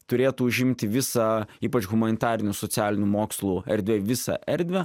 turėtų užimti visą ypač humanitarinių socialinių mokslų erdvėj visą erdvę